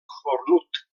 cornut